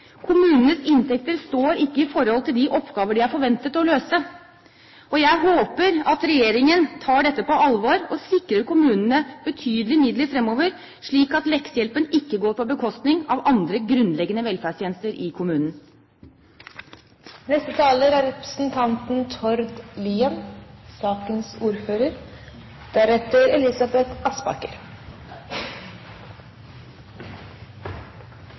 Kommunenes inntekter står ikke i forhold til de oppgaver kommunene er forventet å løse. Jeg håper at regjeringen tar dette på alvor, og sikrer kommunene betydelige midler framover, slik at leksehjelpen ikke går på bekostning av andre grunnleggende velferdstjenester i